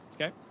Okay